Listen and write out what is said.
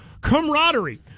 camaraderie